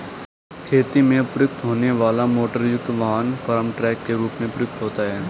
खेती में प्रयुक्त होने वाला मोटरयुक्त वाहन फार्म ट्रक के रूप में प्रयुक्त होता है